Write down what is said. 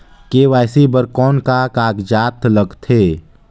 KYC बर कौन का कागजात लगथे?